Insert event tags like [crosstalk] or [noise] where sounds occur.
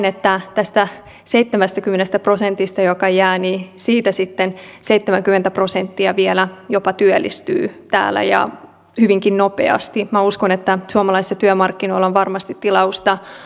[unintelligible] että tästä seitsemästäkymmenestä prosentista joka jää niin siitä sitten seitsemänkymmentä prosenttia vielä jopa työllistyy täällä ja hyvinkin nopeasti minä uskon että suomalaisilla työmarkkinoilla on varmasti tilausta